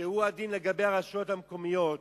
שהוא הדין לגבי הרשויות המקומיות.